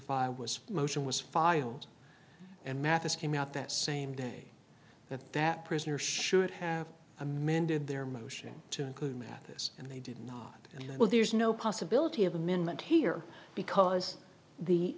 five was motion was filed and mathis came out that same day that that prisoner should have amended their motion to include mathis and they did not and well there's no possibility of amendment here because the